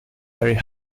very